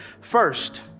first